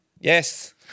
yes